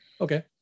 okay